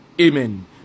Amen